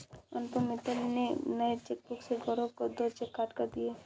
अनुपम मित्तल ने नए चेकबुक से गौरव को दो चेक काटकर दिया